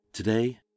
Today